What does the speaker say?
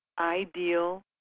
ideal